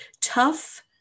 tough